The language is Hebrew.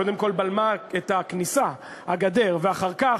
קודם כול בלמה את הכניסה, הגדר, ואחר כך,